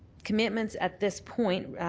commitments at this point,